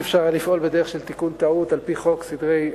לא היה אפשר לפעול בדרך של תיקון טעות על-פי פקודת